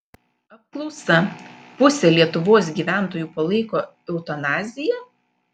apklausa pusė lietuvos gyventojų palaiko eutanaziją